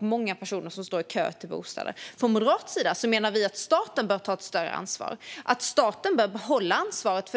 många personer som står i kö till bostäder. Från moderat sida menar vi att staten bör ta ett större ansvar och bör behålla ansvaret.